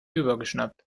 übergeschnappt